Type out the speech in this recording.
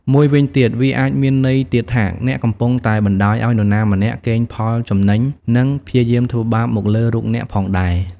មួយវិញទៀត វាអាចមានន័យទៀតថា អ្នកកំពុងតែបណ្តោយឲ្យនរណាម្នាក់ កេងផលចំណេញ និង ព្យាយាមធ្វើបាបមកលើរូបអ្នកផងដែរ។